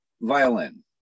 violin